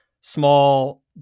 small